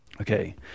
Okay